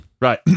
Right